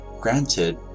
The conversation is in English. granted